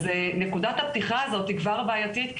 נקודת הפתיחה הזאת כבר בעייתית,